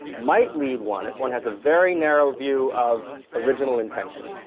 might lead one, if one has a very narrow view of original intention,